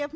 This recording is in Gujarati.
એફ